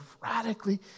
radically